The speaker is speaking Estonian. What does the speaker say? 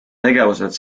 tegevused